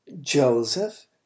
Joseph